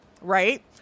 Right